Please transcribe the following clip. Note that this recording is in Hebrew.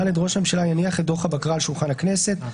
(ד) ראש הממשלה יניח את דוח הבקרה על שולחן הכנסת,